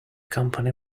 company